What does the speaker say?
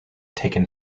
taken